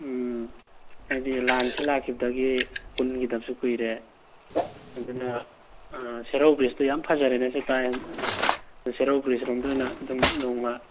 ꯎꯝ ꯍꯥꯏꯗꯤ ꯂꯥꯟꯁꯤ ꯂꯥꯛꯈꯤꯕꯗꯒꯤ ꯄꯨꯟꯈꯤꯗꯕꯁꯨ ꯀꯨꯏꯔꯦ ꯑꯗꯨꯅ ꯁꯦꯔꯧ ꯕ꯭ꯔꯤꯖꯇꯨ ꯌꯥꯝ ꯐꯖꯔꯦꯅꯁꯨ ꯇꯥꯏ ꯑꯗꯨꯅ ꯑꯗꯨ ꯁꯦꯔꯧ ꯕ꯭ꯔꯤꯗꯖ ꯂꯣꯝꯗ ꯑꯣꯏꯅ ꯑꯗꯨꯝ ꯅꯣꯡꯃ